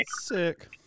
Sick